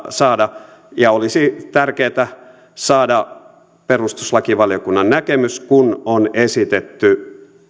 saada ja olisi tärkeätä saada perustuslakivaliokunnan näkemys kun on esitetty